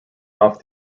off